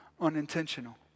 unintentional